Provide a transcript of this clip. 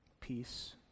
peace